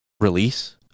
release